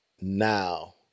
now